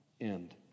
end